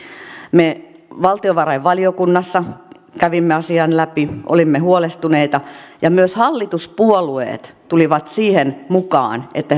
me valtiovarainvaliokunnassa kävimme asian läpi olimme huolestuneita ja myös hallituspuolueet tulivat siihen mukaan että